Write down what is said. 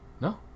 No